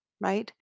right